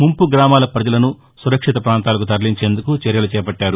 ముంపు గ్రామాల ప్రజలను సురక్షిత ప్రాంతాలకు తరలించేందుకు చర్యలు చేపట్లారు